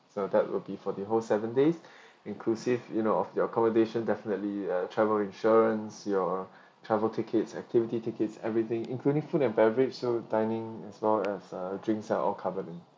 so that will be for the whole seven days inclusive you know of your accommodation definitely your travel insurance your travel tickets activity tickets everything including food and beverage so dining as well as uh drinks are all covered in